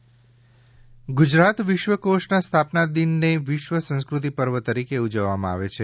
વિશ્વકોષ ગુજરાત વિશ્વકોષના સ્થાપના દિનને વિશ્વ સંસ્કૃતિ પર્વ તરીકે ઉજવવામાં આવે છે